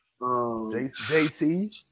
JC